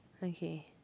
okay